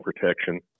protection